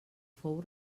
fou